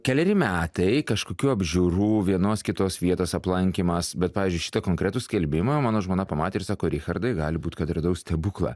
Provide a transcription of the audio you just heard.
keleri metai kažkokių apžiūrų vienos kitos vietos aplankymas bet pavyzdžiui šitą konkretų skelbimą mano žmona pamatė ir sako richardai gali būt kad radau stebuklą